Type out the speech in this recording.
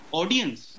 audience